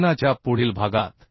विघटनाच्या पुढील भागात